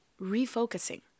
refocusing